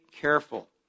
careful